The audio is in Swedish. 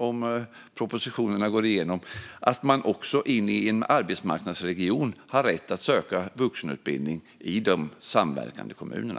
Om propositionen går igenom kommer vi också att möjliggöra att man i en arbetsmarknadsregion har rätt att söka vuxenutbildning i de samverkande kommunerna.